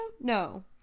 no